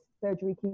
surgery